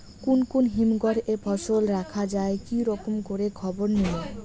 কুন কুন হিমঘর এ ফসল রাখা যায় কি রকম করে খবর নিমু?